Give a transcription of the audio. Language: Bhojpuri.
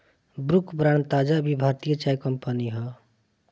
ब्रूक बांड ताज़ा भी भारतीय चाय कंपनी हअ